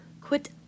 Quit